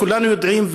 כולנו יודעים,